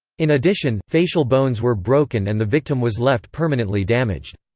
in addition, facial bones were broken and the victim was left permanently damaged.